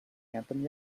anthem